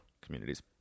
communities